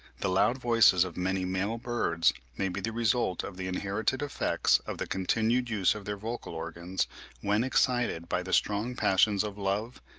the loud voices of many male birds may be the result of the inherited effects of the continued use of their vocal organs when excited by the strong passions of love,